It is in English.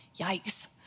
Yikes